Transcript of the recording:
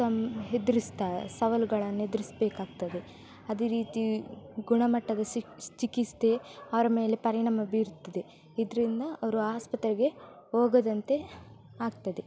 ತೊಂದ್ ಹೆದರಿಸ್ತಾ ಸವಾಲುಗಳನ್ನು ಎದುರಿಸಬೇಕಾಗ್ತದೆ ಅದೇ ರೀತಿ ಗುಣಮಟ್ಟದ ಸಿಕ್ ಚಿಕಿತ್ಸೆ ಅವರ ಮೇಲೆ ಪರಿಣಾಮ ಬೀರುತ್ತದೆ ಇದರಿಂದ ಅವರು ಆಸ್ಪತ್ರೆಗೆ ಹೋಗದಂತೆ ಆಗ್ತದೆ